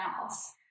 else